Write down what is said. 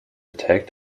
tagged